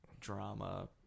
drama